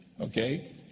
Okay